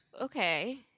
okay